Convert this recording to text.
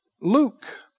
Luke